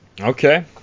Okay